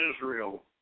Israel